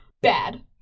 Bad